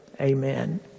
amen